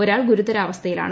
ഒരാൾ ഗുരുതരാവസ്ഥയിലാണ്